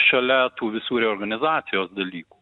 šalia tų visų reorganizacijos dalykų